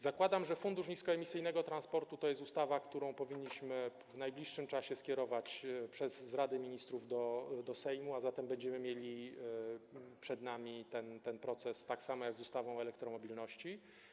Zakładam, że Fundusz Niskoemisyjnego Transportu to jest ustawa, którą powinniśmy w najbliższym czasie skierować z Rady Ministrów do Sejmu, a zatem będziemy mieli przed nami ten proces, tak samo jak będzie z ustawą o elektromobilności.